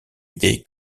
idée